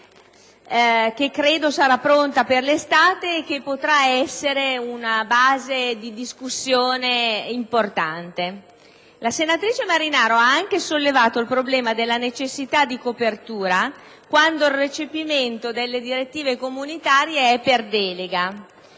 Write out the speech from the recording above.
che credo sarà completata per l'estate e che potrà essere una base di discussione importante. La senatrice Marinaro ha anche sollevato il problema della necessità di copertura quando il recepimento delle direttive comunitarie avviene per delega;